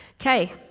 Okay